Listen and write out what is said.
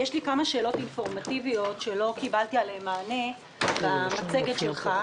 יש לי כמה שאלות אינפורמטיביות שלא קיבלתי עליהן מענה במצגת שלך,